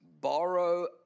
borrow